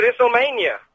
WrestleMania